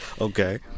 Okay